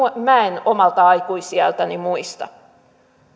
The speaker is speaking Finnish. minä en omalta aikuisiältäni muista